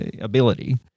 ability